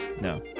No